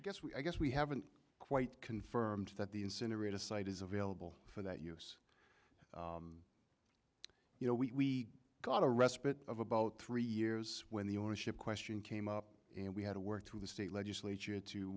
i guess we i guess we haven't quite confirmed that the incinerator site is available for that use you know we got a respite of about three years when the ownership question came up and we had to work through the state legislature to